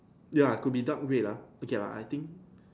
ya could be dark red lah okay lah I think